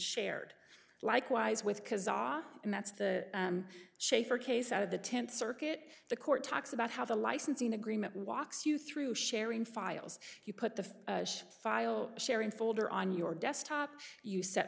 shared likewise with and that's the shafer case out of the tenth circuit the court talks about how the licensing agreement walks you through sharing files you put the file sharing folder on your desktop you s